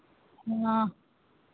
हँ